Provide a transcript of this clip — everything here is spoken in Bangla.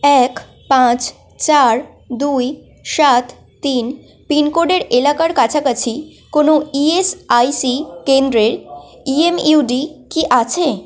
এক পাঁচ চার দুই সাত তিন পিনকোডের এলাকার কাছাকাছি কোনো ই এস আই সি কেন্দ্রের ই এম ইউ ডি কি আছে